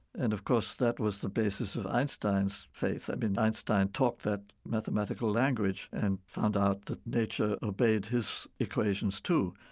and, of course, that was the basis of einstein's faith. i mean, einstein talked that mathematical language and found out that nature obeyed his equations, too.